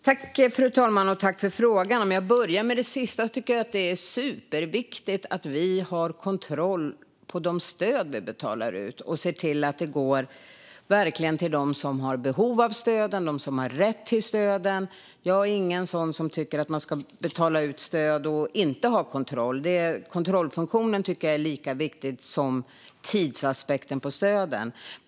Fru talman! Jag tackar Camilla Brodin för frågan. Jag börjar med det sista. Jag tycker att det är superviktigt att vi har kontroll på de stöd vi betalar ut och ser till att de verkligen går till dem som har behov av stöden och som har rätt till dem. Jag är inte någon som tycker att man ska betala ut stöd och inte ha kontroll; kontrollfunktionen tycker jag är lika viktig som tidsaspekten på stöden.